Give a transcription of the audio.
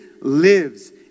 lives